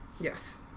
Yes